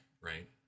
right